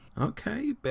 okay